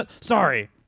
Sorry